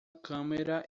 câmera